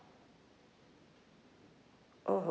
oh